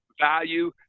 value